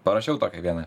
parašiau tokią vieną